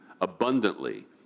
abundantly